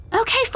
Okay